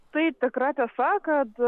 tai tikra tiesa kad